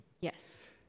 Yes